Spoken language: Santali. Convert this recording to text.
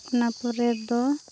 ᱚᱱᱟ ᱯᱚᱨᱮ ᱫᱚ